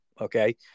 Okay